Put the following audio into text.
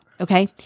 Okay